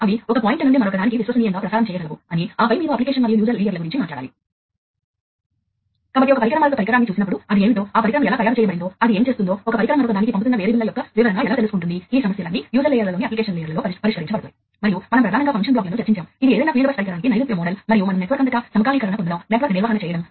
ఇప్పుడు ఉదాహరణకు మీరు మరొక పరికరాన్ని జోడించాలను కుంటున్నారని అనుకుందాం కాబట్టి మీరు మరొక పరికరాన్ని ఉంచుతారు అది వాస్తవానికి మరో నాలుగు పరికరాలతో మాట్లాడుతుందని అనుకుందాం కాబట్టి మీకు పాయింట్ టు పాయింట్ కమ్యూనికేషన్ ఉంటే ఇప్పుడు మీరు ఈ నాలుగు వైర్లను కనెక్ట్ చేయాలి